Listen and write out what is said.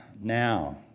now